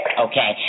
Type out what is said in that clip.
Okay